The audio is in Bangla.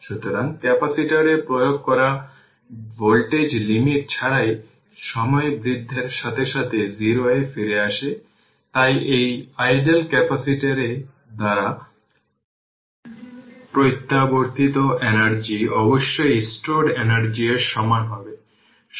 সুতরাং ক্যাপাসিটরে প্রয়োগ করা ভোল্টেজ লিমিট ছাড়াই সময় বৃদ্ধির সাথে সাথে 0 এ ফিরে আসে তাই এই আইডেল ক্যাপাসিটরের দ্বারা প্রত্যাবর্তিত এনার্জি অবশ্যই স্টোরড এনার্জি এর সমান হবে